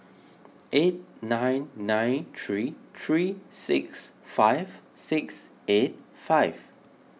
eight nine nine three three six five six eight five